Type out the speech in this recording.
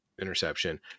interception